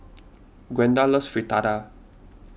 Gwenda loves Fritada